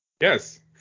Yes